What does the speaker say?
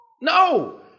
No